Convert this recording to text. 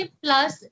plus